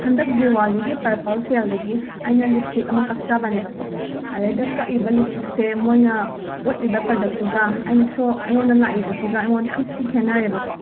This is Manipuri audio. ꯍꯟꯗꯛ ꯗꯤꯋꯥꯂꯤꯒꯤ ꯄꯔꯄꯜ ꯁꯦꯜꯗꯒꯤ ꯑꯩꯅ ꯂꯤꯞꯁ꯭ꯇꯤꯡ ꯑꯃ ꯀꯛꯆꯕꯅꯦꯕꯀꯣ ꯑꯗꯩꯗ ꯀꯛꯏꯕ ꯂꯤꯞꯁ꯭ꯇꯤꯛꯁꯦ ꯃꯣꯏꯅ ꯎꯠꯂꯤꯕ ꯄꯔꯗꯛꯇꯨꯒ ꯑꯩꯅ ꯁꯣ ꯑꯩꯉꯣꯟꯗ ꯂꯥꯛꯏꯕꯁꯤꯒ ꯑꯩꯉꯣꯟꯗ ꯌꯥꯝ ꯊꯤꯅ ꯈꯦꯠꯅꯔꯦꯕꯀꯣ